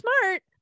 smart